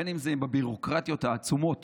בין שזה בביורוקרטיות העצומות